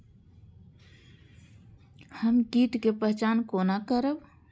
हम कीट के पहचान कोना करब?